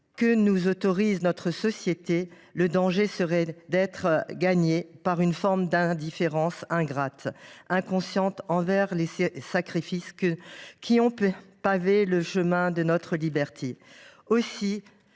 que nous autorise notre société, le danger serait d’être gagné par une forme d’indifférence ingrate envers les sacrifices qui ont pavé le chemin de notre liberté. Aussi